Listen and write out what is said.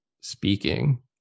speaking